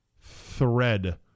thread